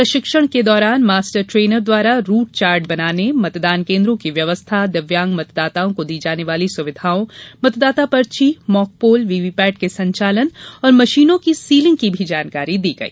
प्रशिक्षण के दौरान मास्टर ट्रेनर द्वारा रूट चार्ट बनाने मतदान केन्द्रों की व्यवस्था दिव्यांग मतदाताओं को दी जाने वाली सुविधाओं मतदाता पर्ची मॉकपोल वीवीपेट के संचालन मशीनों की सीलिंग की भी जानकारी दी गई